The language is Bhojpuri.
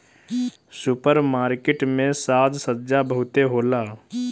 सुपर मार्किट में साज सज्जा बहुते होला